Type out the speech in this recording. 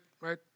right